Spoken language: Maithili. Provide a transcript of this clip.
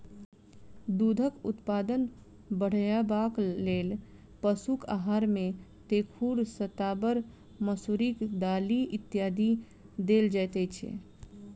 दूधक उत्पादन बढ़यबाक लेल पशुक आहार मे तेखुर, शताबर, मसुरिक दालि इत्यादि देल जाइत छै